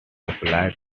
applies